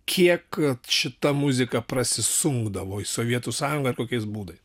kiek šita muzika prasisunkdavo į sovietų sąjungą ir kokiais būdais